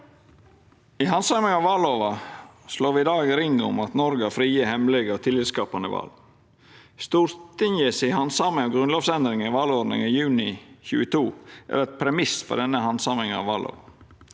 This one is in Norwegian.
I handsaminga av vallova slår me i dag ring om at Noreg har frie, hemmelege og tillitsskapande val. Stortinget si handsaming av grunnlovsendringar i valordninga i juni 2022 er ein premiss for denne handsaminga av vallova.